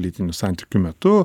lytinių santykių metu